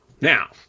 Now